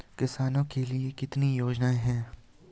किसानों के लिए कितनी योजनाएं हैं?